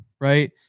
right